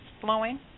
flowing